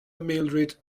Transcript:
mildrid